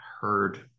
heard